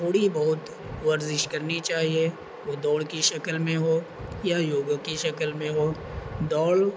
تھوڑی بہت ورزش کرنی چاہیے وہ دوڑ کی شکل میں ہو یا یوگا کی شکل میں ہو دوڑ